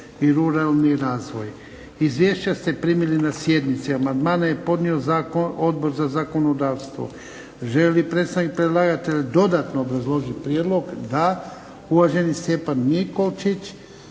i ruralni razvoj. Izvješća ste primili na sjednici. Amandmane je podnio Odbor za zakonodavstvo. Želi li predstavnik predlagatelja dodatno obrazložiti prijedlog? Da. Uvaženi Stjepan Mikolčić,